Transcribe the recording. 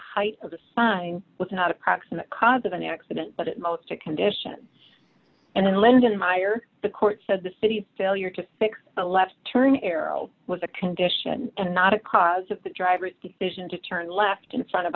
height of the sign was not a proximate cause of an accident but it most a condition and then lindenmayer the court said the city failure to fix a left turn arrow was a condition and not a cause of the driver's decision to turn left in front of